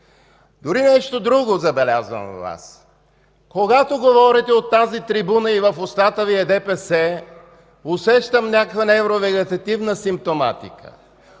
Дори нещо друго забелязвам във Вас. Когато говорите от тази трибуна и в устата Ви е ДПС, усещам някаква невровегетативна симптоматика –